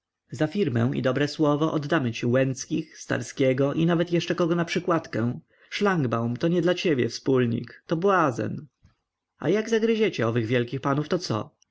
za firmę i dobre słowo oddamy ci łęckich starskiego i nawet jeszcze kogo na przykładkę szlangbaum to nie dla ciebie wspólnik to błazen a jak zagryziecie owych wielkich panów to co